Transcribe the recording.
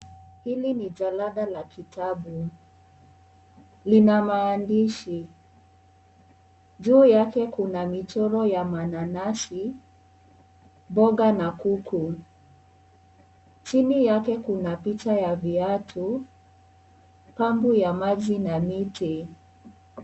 Hili ni jalada la kitabu. Lina maandishi juu yake kuna michoro ya mananasi mboga na kuku. Chini yake kuna picha ya viatu pampu ya maji na miti.